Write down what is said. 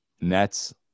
Nets